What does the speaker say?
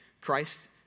Christ